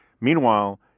Meanwhile